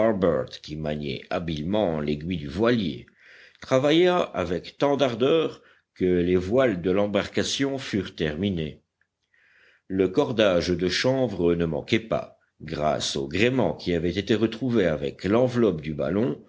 habilement l'aiguille du voilier travailla avec tant d'ardeur que les voiles de l'embarcation furent terminées le cordage de chanvre ne manquait pas grâce au gréement qui avait été retrouvé avec l'enveloppe du ballon